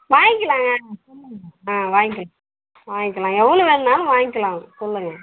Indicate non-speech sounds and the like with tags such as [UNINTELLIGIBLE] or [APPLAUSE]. வாங்கிக்கலாங்க [UNINTELLIGIBLE] ஆ வாங்கிக்கலாம் வாங்கிக்கலாம் எவ்வளோ வேணாலும் வாங்கிக்கலாம் சொல்லுங்க